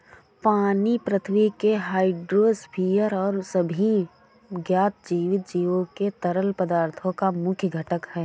पानी पृथ्वी के हाइड्रोस्फीयर और सभी ज्ञात जीवित जीवों के तरल पदार्थों का मुख्य घटक है